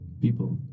People